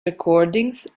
recordings